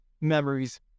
Memories